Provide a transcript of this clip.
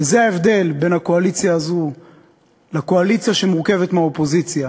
זה ההבדל בין הקואליציה הזאת לקואליציה שמורכבת מהאופוזיציה.